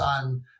on